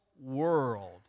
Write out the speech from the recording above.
world